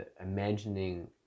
imagining